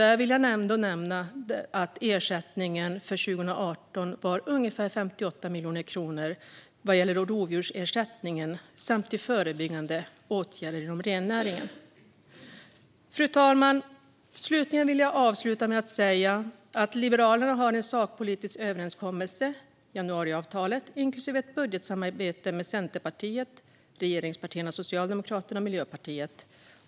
Där vill jag nämna att beloppet 2018 för rovdjursersättning samt förebyggande åtgärder inom rennäringen var ungefär 58 miljoner kronor. Fru talman! Jag vill avsluta med att säga att Liberalerna har en sakpolitisk överenskommelse, januariavtalet, inklusive ett budgetsamarbete med Centerpartiet och regeringspartierna Socialdemokraterna och Miljöpartiet.